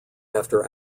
after